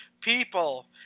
people